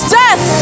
death